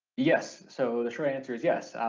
yes, so the short answer is yes,